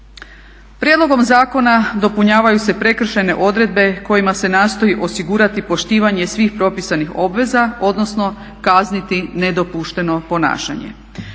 Prijedlogom zakona dopunjavaju se prekršajne odredbe kojima se nastoji osigurati poštivanje svih propisanih obveza, odnosno kazniti nedopušteno ponašanje.